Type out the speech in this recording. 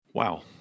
Wow